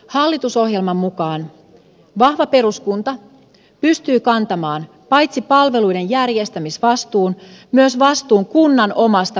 hallitusohjelman mukaan vahva peruskunta pystyy kantamaan paitsi palveluiden järjestämisvastuun myös vastuun kunnan omasta palvelutuotannosta